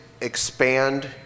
expand